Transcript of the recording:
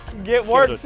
get worked,